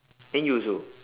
then you also